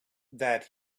that